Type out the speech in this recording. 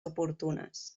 oportunes